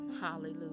hallelujah